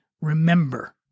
remember